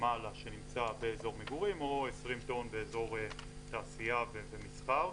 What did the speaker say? ומעלה שנמצא באזור מגורים או 20 טון באזור תעשייה ומסחר,